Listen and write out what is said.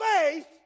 faith